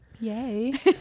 Yay